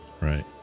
Right